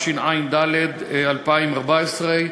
התשע"ד 2014,